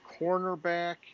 cornerback